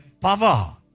power